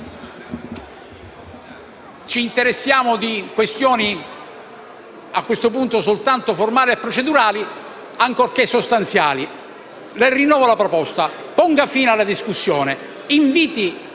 ci interessiamo di questioni a questo punto soltanto formali e procedurali, ancorché sostanziali. Le rinnovo la proposta: ponga fine alla discussione e inviti